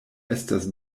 estas